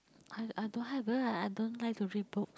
I I don't have because I don't like to read book